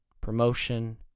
promotion